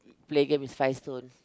play game is five stones